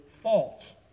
fault